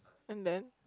and then